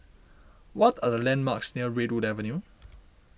what are the landmarks near Redwood Avenue